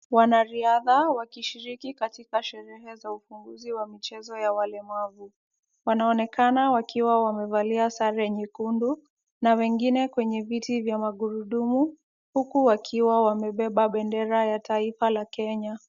Wanariadha wakishiriki katika sherehe za ufunguzi wa michezo ya walemavu. Wanaonekana wakiwa wamevalia sare nyekundu na wengine kwenye viti vya magurudumu, huku wakiwa wamebeba bendera ya taifa la Kenya.